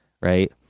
right